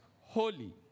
holy